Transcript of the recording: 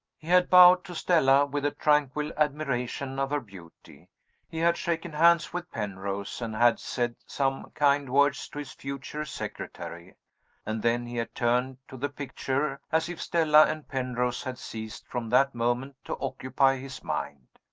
he had bowed to stella, with a tranquil admiration of her beauty he had shaken hands with penrose, and had said some kind words to his future secretary and then he had turned to the picture, as if stella and penrose had ceased from that moment to occupy his mind.